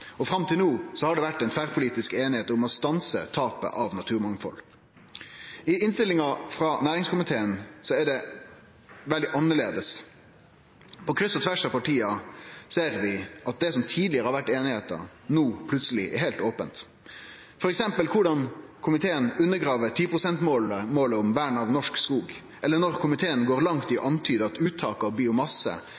og forlik tidlegare, og fram til no har det vore ei tverrpolitisk einigheit om å stanse tapet av naturmangfald. I innstillinga frå næringskomiteen er det veldig annleis. På kryss og tvers av parti ser vi at det som tidlegare har vore einigheit, no plutseleg er heilt ope, f.eks. korleis komiteen undergrev10 pst.-målet om vern av norsk skog, eller når komiteen går langt i å